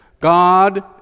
God